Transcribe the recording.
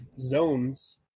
zones